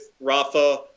Rafa